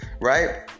Right